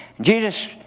Jesus